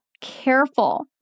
careful